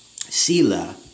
Sila